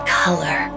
color